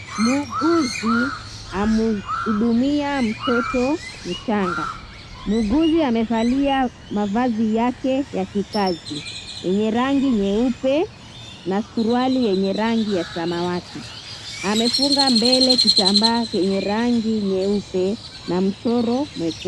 Muuguzi amuhudumia mtoto mchanga. Muuguzi amevalia mavazi yake ya kikazi yenye rangi nyeupe na suruali yanye rangi ya samawati. Amefunga mbele kitambaa chenye rangi nyeupe na mchoro mwekundu.